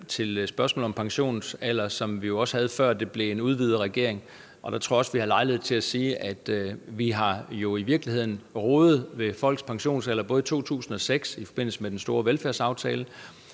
til spørgsmålet om pensionsalder, som vi havde, før det blev en udvidet regering. Og jeg tror også, vi havde lejlighed til at sige, at vi i virkeligheden har rodet ved folks pensionsalder både i 2006 i forbindelse med den store velfærdsaftale,